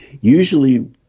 Usually